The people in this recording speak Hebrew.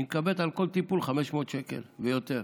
והיא מקבלת על כל טיפול 500 שקל ויותר.